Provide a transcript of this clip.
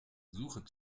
suche